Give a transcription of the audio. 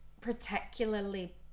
particularly